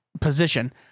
position